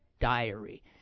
diary